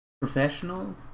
professional